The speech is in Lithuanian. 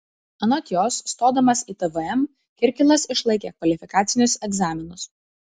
anot jos stodamas į tvm kirkilas išlaikė kvalifikacinius egzaminus